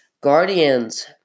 Guardians